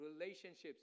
relationships